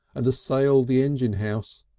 and assailed the engine house.